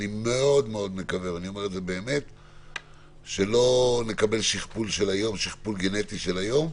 אני מאוד מאוד מקווה שלא נקבל שכפול גנטי של היום.